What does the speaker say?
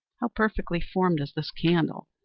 how perfectly formed is this candle!